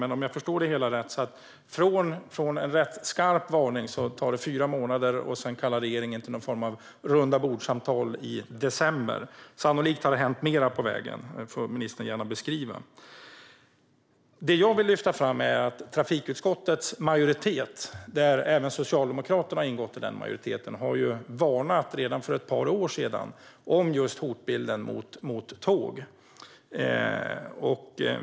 Men om jag förstår det hela rätt gick det från en rätt skarp varning fyra månader, och sedan kallade regeringen till någon form av rundabordssamtal i december. Sannolikt har det hänt mer på vägen, och det får ministern gärna beskriva. Det jag vill lyfta fram är att trafikutskottets majoritet, där även Socialdemokraterna har ingått, redan för ett par år sedan varnade om just hotbilden mot tåg.